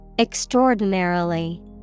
Extraordinarily